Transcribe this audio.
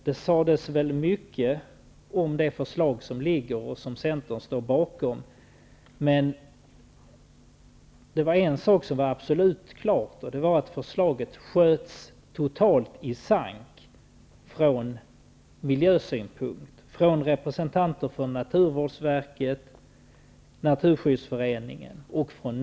Det sades mycket om det förslag som ligger och som Centern står bakom, men en sak var absolut klar, nämligen att förslaget från miljösynpunkt sköts totalt i sank av representanter från naturvårdsverket, Naturskyddsföreningen och NUTEK.